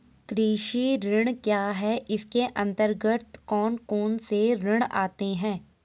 कृषि ऋण क्या है इसके अन्तर्गत कौन कौनसे ऋण आते हैं?